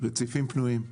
רציפים פנויים.